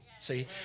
See